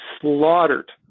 slaughtered